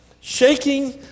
Shaking